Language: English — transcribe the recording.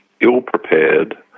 ill-prepared